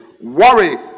worry